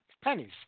pennies